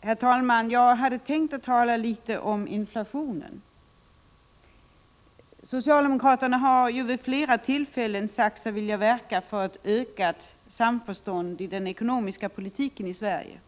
Herr talman! Jag skall nu säga några ord om inflationen. Socialdemokraterna har vid flera tillfällen sagt sig vilja verka för ett ökat samförstånd i den ekonomiska politiken i Sverige.